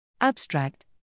Abstract